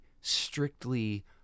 strictly